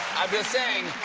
i'm just saying,